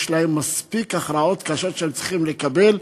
יש להם מספיק הכרעות קשות שהם צריכים לקבל.